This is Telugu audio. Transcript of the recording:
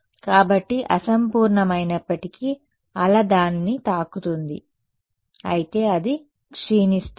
కాబట్టి అసంపూర్ణమైనప్పటికీ అల దానిని తాకుతుంది అయితే అది క్షీణిస్తుంది